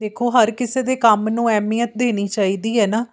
ਦੇਖੋ ਹਰ ਕਿਸੇ ਦੇ ਕੰਮ ਨੂੰ ਅਹਿਮੀਅਤ ਦੇਣੀ ਚਾਹੀਦੀ ਹੈ ਨਾ